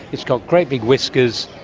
it's got great big whiskers,